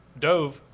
dove